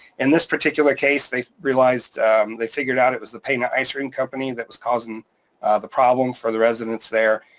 in this particular case, they realized they figured out it was the pana ice cream company that was causing the problem for the residents there,